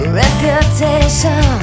reputation